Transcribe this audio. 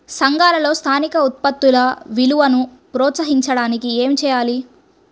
సంఘాలలో స్థానిక ఉత్పత్తుల విలువను ప్రోత్సహించడానికి ఏమి చేయాలి?